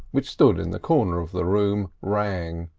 which stood in the corner of the room, rang.